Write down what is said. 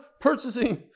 purchasing